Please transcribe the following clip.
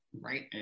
right